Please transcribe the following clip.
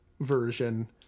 Version